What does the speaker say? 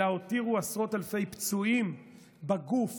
אלא הותירו עשרות אלפי פצועים בגוף